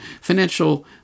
financial